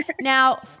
Now